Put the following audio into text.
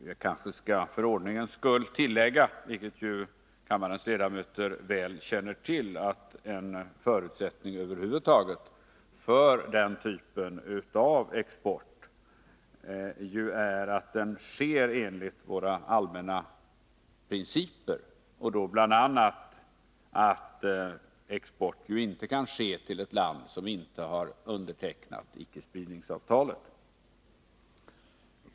Jag skall kanske för ordningens skull tillägga — vilket ju kammarens ledamöter väl känner till — att en förutsättning över huvud taget för den typen av export är att den sker enligt våra allmänna principer, bl.a. att export inte kan ske till ett land som inte har undertecknat icke-spridningsavtalet.